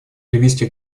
ливийских